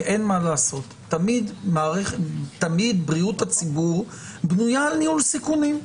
כי תמיד בריאות הציבור בנויה על ניהול סיכונים.